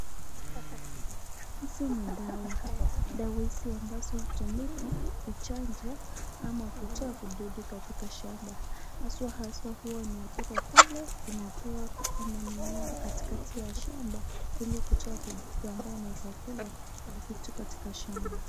Hizi ni dawa, dawa hizi ambazo hutumika kuchanja ama kutoa vidudu katika shamba, haswa huwa inapigwa pale inapewa katikati ya shamba ili kutoa vidudu ambao anaeza kula vitu katika shamba.